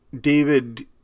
David